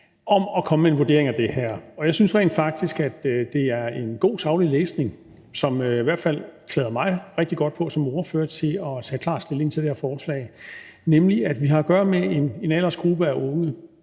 om at komme med en vurdering af det her, og jeg synes rent faktisk, at det er god, saglig læsning, som i hvert fald klæder mig rigtig godt på som ordfører til at tage klar stilling til det her forslag, for vi har at gøre med en aldersgruppe af unge,